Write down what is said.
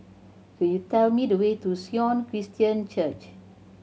could you tell me the way to Sion Christian Church